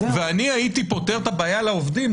ואני הייתי פותר את הבעיה לעובדים,